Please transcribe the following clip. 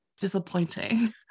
disappointing